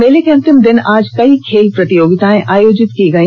मेले के अंतिम दिन आज कई खेल प्रतियोगिताए आयोजित की गई